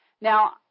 Now